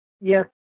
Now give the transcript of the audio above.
Yes